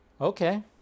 Okay